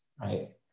right